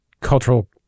cultural